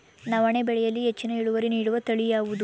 ನವಣೆ ಬೆಳೆಯಲ್ಲಿ ಹೆಚ್ಚಿನ ಇಳುವರಿ ನೀಡುವ ತಳಿ ಯಾವುದು?